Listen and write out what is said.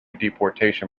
deportation